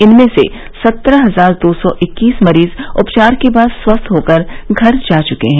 इनमें से सत्रह हजार दो सौ इक्कीस मरीज उपचार के बाद स्वस्थ होकर घर जा चुके हैं